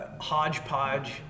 hodgepodge